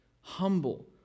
humble